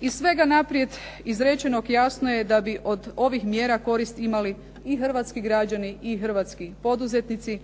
Iz svega naprijed izrečenog jasno je da bi od ovih mjera korist imali i hrvatski građani i hrvatski poduzetnici